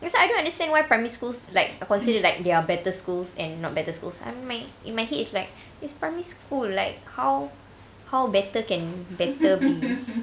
that's why I don't understand why primary schools like are considered like there are better schools and not better schools I'm like in my head it's like it's primary school like how how better can better be